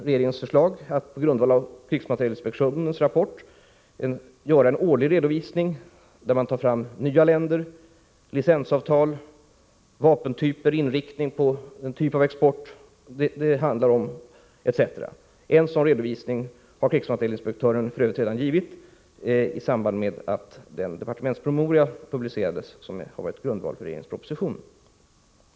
Regeringen föreslår där att man på grundval av krigsmaterielinspektionens rapport skall göra en årlig redovisning, där man tar fram nya länder, licensavtal, vapentyper, exportinriktning etc. En sådan redovisning har krigsmaterielinspektören f.ö. redan gett i samband med att den departementspromemoria publicerades som utgör underlag för regeringens proposition.